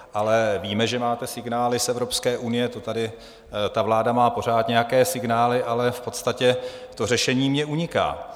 Ale víme, že máte signály z Evropské unie, to tady ta vláda má pořád nějaké signály., ale v podstatě to řešení mně uniká.